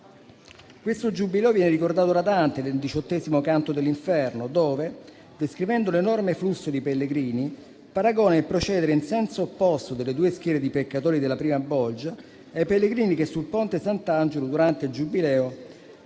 Questo evento viene ricordato da Dante nel XVIII Canto dell'Inferno, dove, descrivendo l'enorme flusso di pellegrini, egli paragona il procedere in senso opposto delle due schiere di peccatori della prima bolgia ai pellegrini che sul Ponte Sant'Angelo, durante il Giubileo,